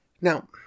now